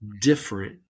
different